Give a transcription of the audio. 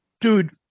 dude